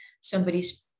somebody's